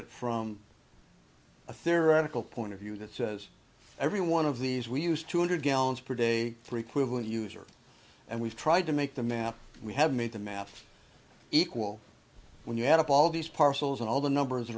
it from a theoretical point of view that says every one of these we use two hundred gallons per day for equivalent user and we've tried to make the map we have made the math equal when you add up all these parcels and all the numbers